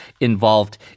involved